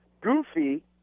goofy